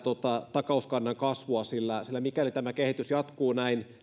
takauskannan kasvua sillä sillä mikäli tämä kehitys jatkuu näin